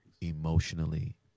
emotionally